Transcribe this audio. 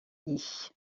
ich